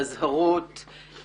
באזהרות,